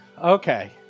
Okay